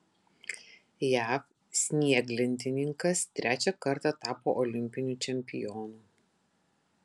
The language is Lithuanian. jav snieglentininkas trečią kartą tapo olimpiniu čempionu